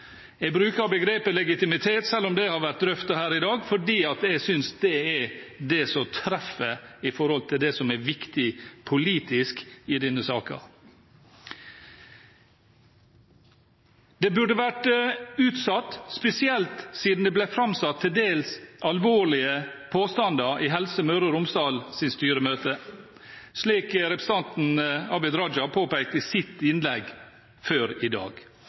begrepet «legitimitet», selv om det har vært drøftet her i dag, fordi jeg synes det er det som treffer når det gjelder det som er viktig politisk i denne saken. Det burde vært utsatt, spesielt siden det ble framsatt til dels alvorlige påstander i Helse Møre og Romsdals styremøte, slik representanten Abid Q. Raja påpekte i sitt innlegg før i dag.